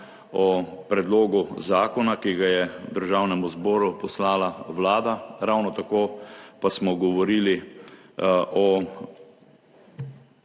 o predlogu zakona, ki ga je Državnemu zboru poslala Vlada. Ravno tako pa smo govorili o